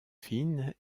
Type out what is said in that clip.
fine